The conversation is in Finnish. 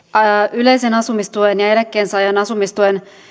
yleisen asumistuen ja ja eläkkeensaajan asumistuen